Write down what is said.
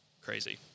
crazy